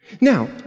Now